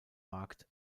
markt